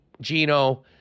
gino